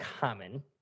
common